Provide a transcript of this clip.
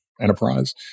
enterprise